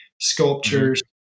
sculptures